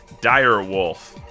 Direwolf